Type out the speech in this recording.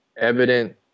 evident